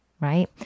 Right